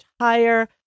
higher